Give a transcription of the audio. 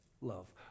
love